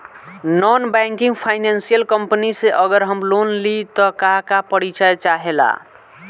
Non banking financial company से अगर हम लोन लि त का का परिचय चाहे ला?